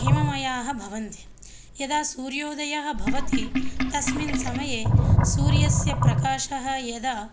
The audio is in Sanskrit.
हिममयाः भवन्ति यदा सूर्योदयः भवति तस्मिन् समये सूर्यस्य प्रकाशः यदा